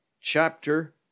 chapter